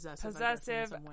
Possessive